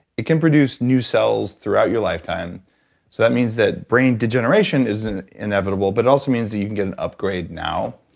can produce new cells throughout your lifetime so that means that brain degeneration isn't inevitable but it also means that you can get an upgrade now.